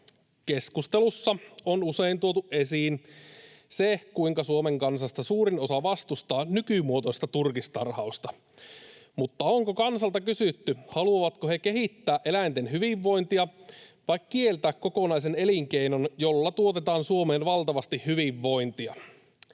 Keskustelussa on usein tuotu esiin se, kuinka Suomen kansasta suurin osa vastustaa nykymuotoista turkistarhausta, mutta onko kansalta kysytty, haluavatko he kehittää eläinten hyvinvointia vai kieltää kokonaisen elinkeinon, jolla tuotetaan Suomeen valtavasti hyvinvointia?